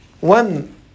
one